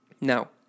Now